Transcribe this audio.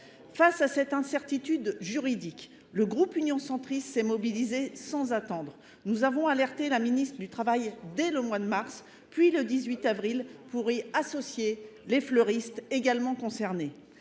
Face à cette incertitude juridique, le groupe union centriste s'est mobilisé sans attendre. Nous avons alerté la ministre du Travail dès le mois de mars, puis le 18 avril pour y associer les fleuristes également concernés.